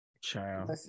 child